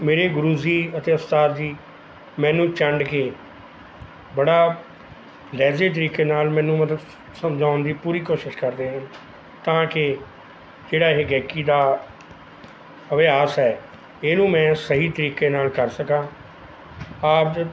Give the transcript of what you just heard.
ਮੇਰੇ ਗੁਰੂ ਜੀ ਅਤੇ ਉਸਤਾਦ ਜੀ ਮੈਨੂੰ ਚੰਡ ਕੇ ਬੜਾ ਲਹਿਜੇ ਤਰੀਕੇ ਨਾਲ਼ ਮੈਨੂੰ ਮਤਲਬ ਸਮਝਾਉਣ ਦੀ ਪੂਰੀ ਕੋਸ਼ਿਸ਼ ਕਰਦੇ ਹਨ ਤਾਂ ਕਿ ਜਿਹੜਾ ਇਹ ਗਾਇਕੀ ਦਾ ਅਭਿਆਸ ਹੈ ਇਹਨੂੰ ਮੈਂ ਸਹੀ ਤਰੀਕੇ ਨਾਲ਼ ਕਰ ਸਕਾਂ ਆਪ